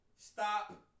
stop